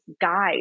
guide